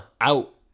Out